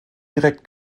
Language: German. direkt